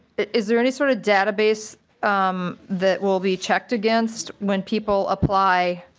is there any sort of database that will be checked against when people apply